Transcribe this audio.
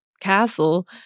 castle